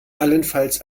allenfalls